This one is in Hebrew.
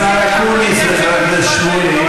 פורעי חוק, השר אקוניס וחבר הכנסת שמולי.